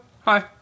hi